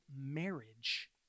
marriage